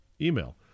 email